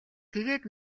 тэгээд